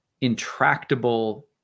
intractable